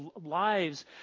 lives